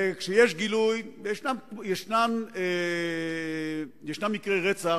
וכשיש גילוי, ישנם מקרי רצח,